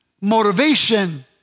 motivation